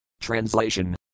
Translation